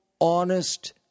honest